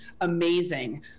amazing